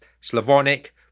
Slavonic